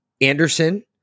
Anderson